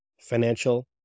financial